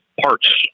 parts